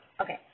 Okay